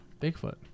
Bigfoot